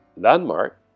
Landmark